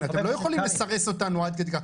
אתם לא יכולים לסרס אותנו עד כדי כך,